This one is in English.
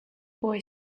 boy